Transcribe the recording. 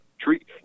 Treat